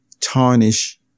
tarnish